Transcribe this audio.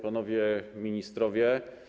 Panowie Ministrowie!